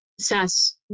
SAS